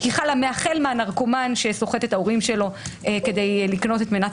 היא חלה החל מהנרקומן שסוחט את ההורים שלו כדי לקנות את מנת